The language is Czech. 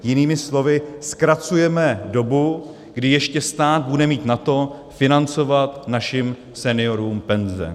Jinými slovy zkracujeme dobu, kdy ještě stát bude mít na to financovat našim seniorům penze.